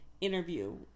Interview